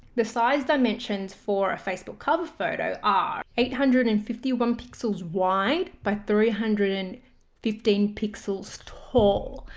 the size dimensions for a facebook cover photo are eight hundred and fifty one pixels wide by three hundred and fifteen pixels tall,